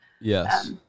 yes